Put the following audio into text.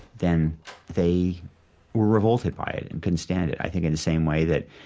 then they were revolted by it and couldn't stand it. i think in the same way that,